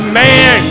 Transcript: man